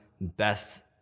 best